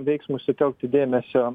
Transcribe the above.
veiksmui sutelkti dėmesio